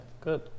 Good